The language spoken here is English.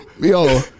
yo